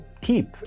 keep